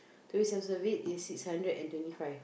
two weeks of service is six hundred and twenty five